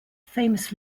famous